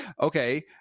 okay